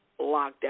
lockdown